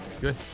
Good